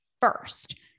First